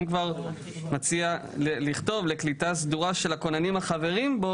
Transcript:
אם כבר אני מציע לכתוב 'לקליטה סדורה של הכוננים החברים בו,